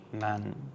man